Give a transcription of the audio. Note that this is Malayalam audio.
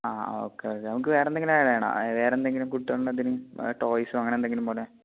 ആ ഓക്കെ ഓക്കെ നമുക്ക് വേറെയെന്തെങ്കിലും ഏഡ് ചെയ്യണോ വേറെ എന്തെങ്കിലും കുട്ടികളുടെ എന്തെങ്കിലും ടോയ്സോ അങ്ങനെയെയെന്തങ്കിലും പോലെ